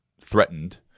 threatened